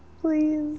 please